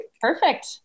Perfect